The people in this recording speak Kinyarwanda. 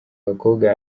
abakobwa